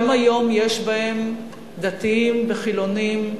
גם היום יש בהם דתיים וחילונים,